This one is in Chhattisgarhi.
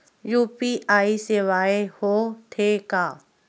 यू.पी.आई सेवाएं हो थे का?